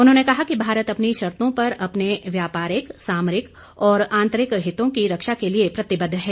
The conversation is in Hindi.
उन्होंने कहा कि भारत अपनी शर्तो पर अपने व्यापारिक सामरिक और आंतरिक हितों की रक्षा के लिए प्रतिबद्ध है